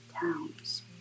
towns